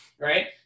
Right